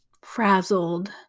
frazzled